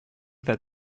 that